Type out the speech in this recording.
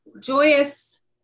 joyous